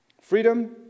Freedom